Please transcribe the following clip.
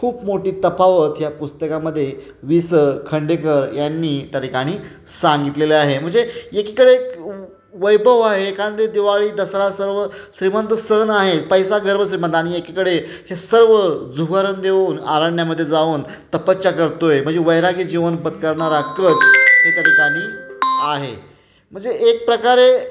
खूप मोठी तफावत या पुस्तकामध्ये वि स खांडेकर यांनी त्या ठिकाणी सांगितलेले आहे म्हणजे एकीकडे वैभव आहे एखादे दिवाळी दसरा सर्व श्रीमंत सण आहेत पैसा गर्भश्रीमंतेकडे हे सर्व झुगारून देऊन अरण्यामध्ये जाऊन तपस्या करतोय म्हणजे वैरागी जीवन पत्करणारा कच हे त ठिकाणी आहे म्हणजे एक प्रकारे